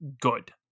good